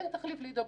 אין תחליף להידברות.